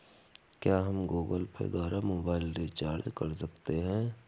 क्या हम Google pay द्वारा मोबाइल रिचार्ज कर सकते हैं?